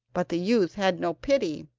but the youth had no pity,